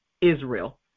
Israel